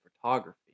Photography